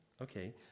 Okay